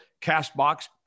CastBox